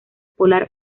polar